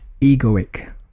egoic